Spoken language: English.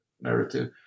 narrative